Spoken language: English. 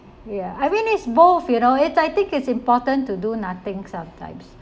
ya I mean it's both you know it's I think it's important to do nothing sometimes